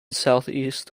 southeast